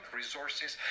resources